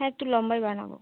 হ্যাঁ একটু লম্বাই বানাবো